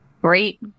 Great